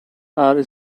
are